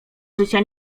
życia